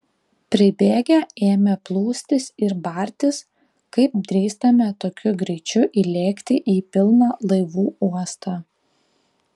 pribėgę ėmė plūstis ir bartis kaip drįstame tokiu greičiu įlėkti į pilną laivų uostą